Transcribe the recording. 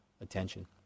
attention